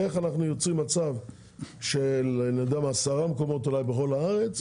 איך אנחנו יוצרים מצב של עשרה מקומות אולי בכל הארץ,